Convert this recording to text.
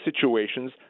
situations